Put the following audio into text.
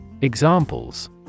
Examples